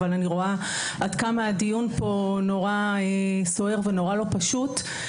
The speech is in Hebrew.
אבל אני רואה עד כמה הדיון פה נורא סוער ונורא לא פשוט.